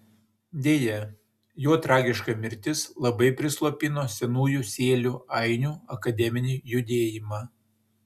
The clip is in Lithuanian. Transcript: deja jo tragiška mirtis labai prislopino senųjų sėlių ainių akademinį judėjimą